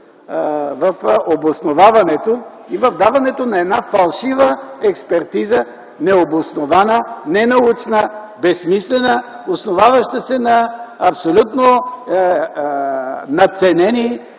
в обосноваването и в даването на една фалшива експертиза – необоснована, ненаучна, безсмислена, основаваща се на абсолютно надценени